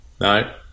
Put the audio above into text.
no